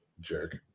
Jerk